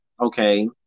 Okay